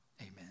Amen